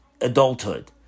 adulthood